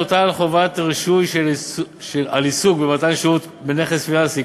תוטל חובת רישוי על עיסוק במתן שירות בנכס פיננסי,